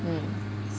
mm